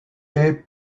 est